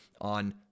on